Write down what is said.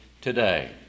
today